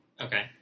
Okay